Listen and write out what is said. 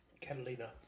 Catalina